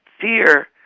fear